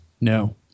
No